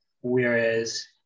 whereas